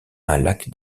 lac